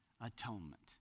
atonement